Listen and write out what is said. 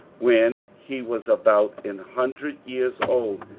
when he was about an hundred years old,